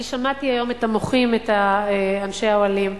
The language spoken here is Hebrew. שמעתי היום את המוחים, את אנשי האוהלים.